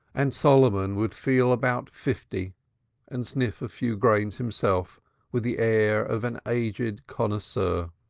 and solomon would feel about fifty and sniff a few grains himself with the air of an aged connoisseur.